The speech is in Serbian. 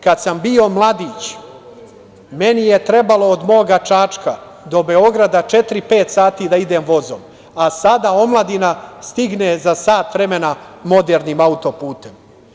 Kad sam bio mladić, meni je trebalo od moga Čačka do Beograda četiri-pet sati da idem vozom, a sada omladina stigne za sat vremena modernim auto-putem“